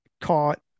caught